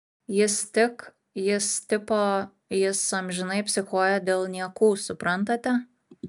jis tik jis tipo jis amžinai psichuoja dėl niekų suprantate